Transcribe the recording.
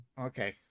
Okay